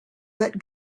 that